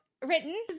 Written